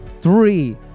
Three